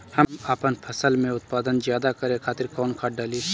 हम आपन फसल में उत्पादन ज्यदा करे खातिर कौन खाद डाली?